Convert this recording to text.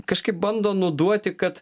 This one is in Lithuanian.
kažkaip bando nuduoti kad